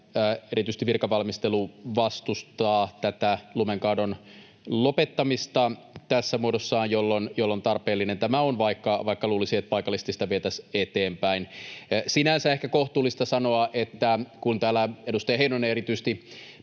erityisesti virkavalmistelu vastustaa tätä lumenkaadon lopettamista tässä muodossaan, joten tämä on tarpeellinen — vaikka luulisi, että paikallisesti sitä vietäisiin eteenpäin. Sinänsä ehkä on kohtuullista sanoa, kun täällä edustaja Heinonen erityisesti